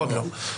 עוד לא.